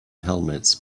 helmets